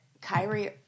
Kyrie